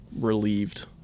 relieved